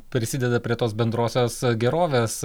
prisideda prie tos bendrosios gerovės